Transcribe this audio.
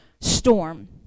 storm